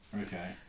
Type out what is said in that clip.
Okay